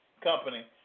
Company